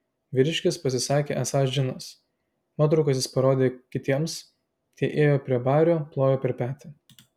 vyriškis pasisakė esąs džinas nuotraukas jis parodė kitiems tie ėjo prie bario plojo per petį